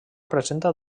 presenta